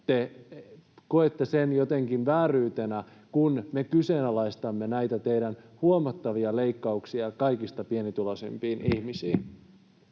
te koette sen jotenkin vääryytenä, kun me kyseenalaistamme näitä teidän huomattavia leikkauksianne kaikista pienituloisimpiin ihmisiin.